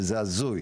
וזה הזוי.